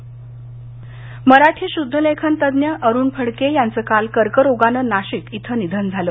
अरुण फडके मराठी शुद्धलेखन तज्ज्ञ अरुण फडके यांचं काल कर्करोगानं नाशिक इथं निधन झालं